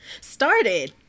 started